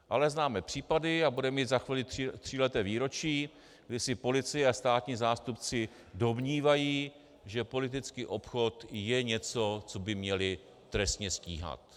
Ale známe případy, a budeme mít za chvíli tříleté výročí, kdy se policie a státní zástupci domnívají, že politický obchod je něco, co by měli trestně stíhat.